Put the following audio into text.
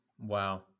Wow